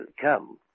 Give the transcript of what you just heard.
come